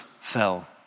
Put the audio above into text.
fell